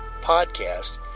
podcast